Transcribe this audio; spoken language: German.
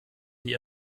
sie